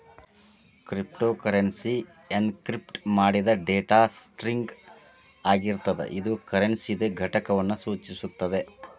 cryptocurrency encrypt ಮಾಡಿದ್ data string ಆಗಿರ್ತದ ಇದು ಕರೆನ್ಸಿದ್ ಘಟಕವನ್ನು ಸೂಚಿಸುತ್ತದೆ